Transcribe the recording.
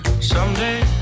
someday